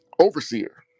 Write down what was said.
overseer